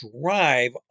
drive